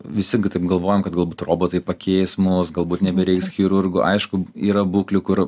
visi taip galvojam kad galbūt robotai pakeis mus galbūt nebereiks chirurgų aišku yra būklių kur